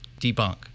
debunk